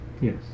Yes